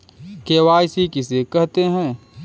KYC किसे कहते हैं?